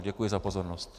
Děkuji za pozornost.